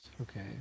Okay